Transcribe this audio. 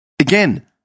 Again